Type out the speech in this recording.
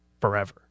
forever